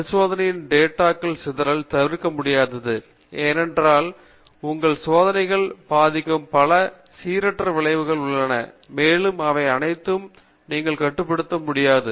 பரிசோதனையின் டேட்டா களில் சிதறல் தவிர்க்க முடியாதது ஏனென்றால் உங்கள் சோதனைகளை பாதிக்கும் பல சீரற்ற விளைவுகளும் உள்ளன மேலும் அவை அனைத்தையும் நீங்கள் கட்டுப்படுத்த முடியாது